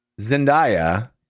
Zendaya